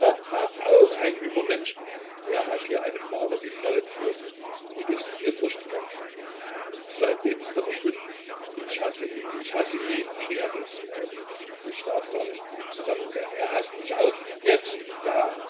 auch ein übermensch er hat hier einem maler die frau entführt und ist mit ihr durchgegangen seitdem ist er verschwunden ich hasse ihn ich hasse ihn schrie er plötzlich auf ich darf gar nicht mit ihm zusammen sein er haßt mich auch ja